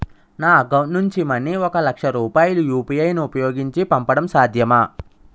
నా అకౌంట్ నుంచి మనీ ఒక లక్ష రూపాయలు యు.పి.ఐ ను ఉపయోగించి పంపడం సాధ్యమా?